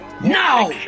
Now